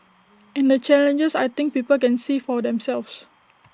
and the challenges I think people can see for themselves